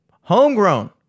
homegrown